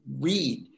read